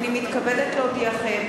אני מתכבדת להודיעכם,